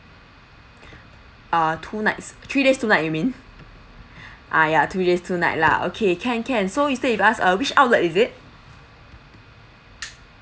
uh two nights three days two nights you mean ah ya three days two night lah okay can can so you stayed with us uh which outlet is it